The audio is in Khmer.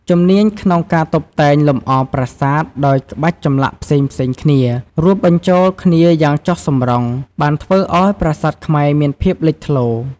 ជំនាញក្នុងការតុបតែងលម្អប្រាសាទដោយក្បាច់ចម្លាក់ផ្សេងៗគ្នា រួមបញ្ចូលគ្នាយ៉ាងចុះសម្រុង បានធ្វើឱ្យប្រាសាទខ្មែរមានភាពលេចធ្លោរ។